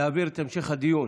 להעביר את המשך הדיון